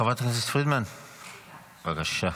חברת הכנסת פרידמן, בבקשה.